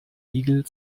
igel